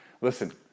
Listen